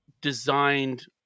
designed